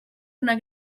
una